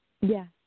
Yes